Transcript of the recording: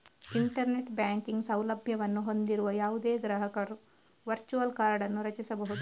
internet banking ಸೌಲಭ್ಯವನ್ನು ಹೊಂದಿರುವ ಯಾವುದೇ ಗ್ರಾಹಕರು ವರ್ಚುವಲ್ ಕಾರ್ಡ್ ಅನ್ನು ರಚಿಸಬಹುದು